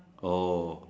oh